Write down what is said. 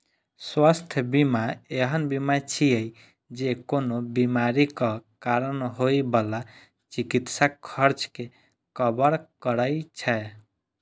स्वास्थ्य बीमा एहन बीमा छियै, जे कोनो बीमारीक कारण होइ बला चिकित्सा खर्च कें कवर करै छै